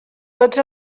tots